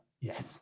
yes